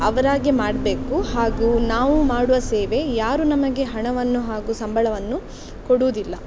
ಅವರಾಗೇ ಮಾಡಬೇಕು ಹಾಗೂ ನಾವು ಮಾಡುವ ಸೇವೆ ಯಾರೂ ನಮಗೆ ಹಣವನ್ನು ಹಾಗೂ ಸಂಬಳವನ್ನು ಕೊಡುವುದಿಲ್ಲ